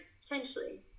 potentially